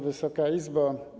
Wysoka Izbo!